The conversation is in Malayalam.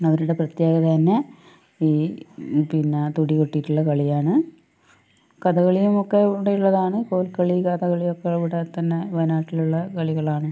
അവരുടെ പ്രത്യകത തന്നെ ഈ പിന്നെ തുടി കൊട്ടിയിട്ടുള്ള കളിയാണ് കഥകളിയുമൊക്കെ ഇവിടെയുള്ളതാണ് കോൽക്കളി കഥകളിയൊക്കെ ഇവിടെത്തന്നെ വായനാട്ടിലുള്ള കളികളാണ്